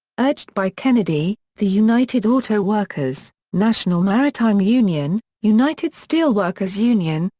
urged by kennedy, the united auto workers, national maritime union, united steelworkers union,